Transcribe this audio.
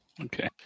Okay